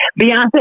Beyonce